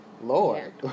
Lord